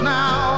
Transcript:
now